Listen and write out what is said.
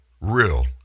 real